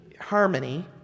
harmony